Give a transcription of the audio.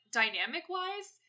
dynamic-wise